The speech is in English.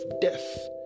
death